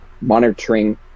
monitoring